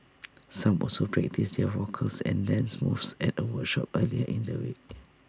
some also practised their vocals and dance moves at A workshop earlier in the week